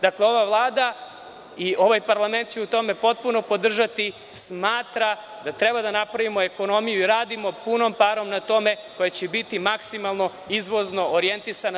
Dakle, ova Vlada i ovaj parlament će u tome potpuno podržati, smatra da treba da napravimo ekonomiju i radimo punom parom na tome, koja će biti maksimalno izvozno orijentisana.